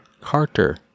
Carter